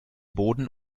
boden